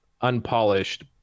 unpolished